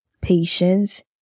patience